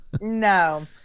no